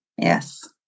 Yes